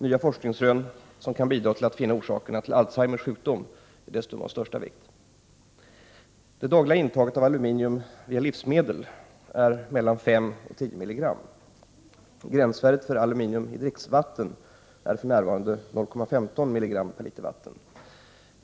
Nya forskarrön som kan bidra till att finna orsaker till Alzheimers sjukdom är av största vikt. Det dagliga intaget av aluminium via livsmedel är mellan 5 och 10 mg. Gränsvärdet för aluminium i dricksvatten är för närvarande 0,15 mg per liter vatten.